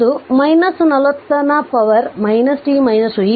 ಅದು 40 ನ power t 2